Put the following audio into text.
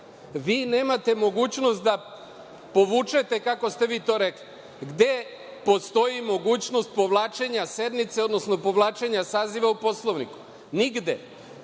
nemate mogućnost da povučete, kako ste vi to rekli. Gde postoji mogućnost povlačenja sednice, odnosno povlačenja saziva u Poslovniku? Nigde. To